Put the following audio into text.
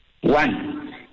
One